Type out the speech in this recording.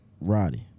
Roddy